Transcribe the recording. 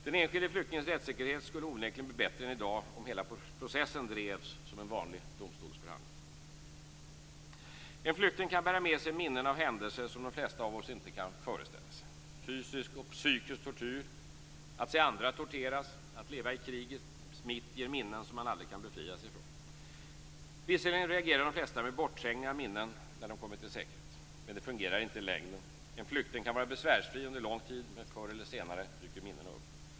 Den enskilde flyktingens rättssäkerhet skulle onekligen bli bättre än i dag om hela processen drevs som en vanlig domstolsförhandling. En flykting kan bära med sig minnen av händelser som de flesta av oss inte kan föreställa sig. Fysisk och psykisk tortyr, att se andra torteras eller att leva i krigets mitt ger minnen som man aldrig kan befria sig från. Visserligen reagerar de flesta med bortträngning av minnen när de kommit i säkerhet. Men det fungerar inte i längden. En flykting kan vara besvärsfri under lång tid, men förr eller senare dyker minnena upp.